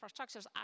infrastructures